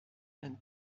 and